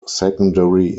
secondary